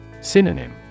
Synonym